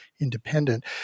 independent